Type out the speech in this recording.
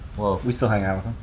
we still hang out